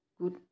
good